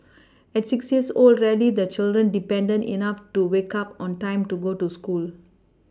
at six years old rarely the children independent enough to wake up on time to go to school